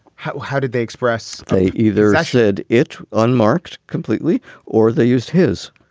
how how did they express? they either shared it unmarked completely or they used his.